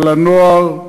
על הנוער,